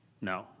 No